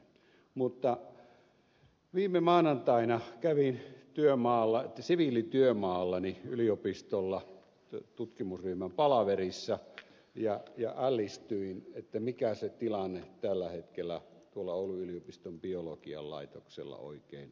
mutta viime maanantaina kävin siviilityömaallani yliopistolla tutkimusryhmän palaverissa ja ällistyin mikä se tilanne tällä hetkellä tuolla oulun yliopiston biologian laitoksella oikein onkaan